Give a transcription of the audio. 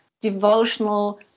devotional